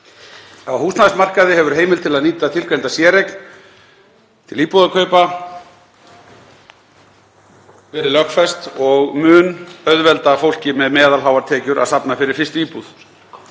Á húsnæðismarkaði hefur heimild til að nýta tilgreinda séreign til íbúðarkaupa verið lögfest og mun auðvelda fólki með meðalháar tekjur að safna fyrir fyrstu íbúð.